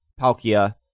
Palkia